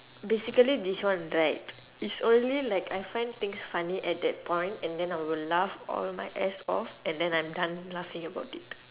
basically this one right is only like I find things funny at that point and then I will laugh all my ass off and then I'm done laughing about it